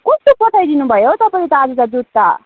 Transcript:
कस्तो पठाइदिनुभयो हौ तपाईँले त आज त दुध त